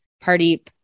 party